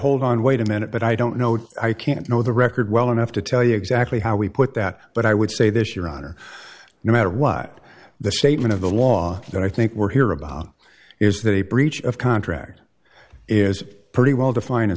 hold on wait a minute but i don't know i can't know the record well enough to tell you exactly how we put that but i would say this your honor no matter what the statement of the law that i think we're hear about is that a breach of contract is pretty well defined in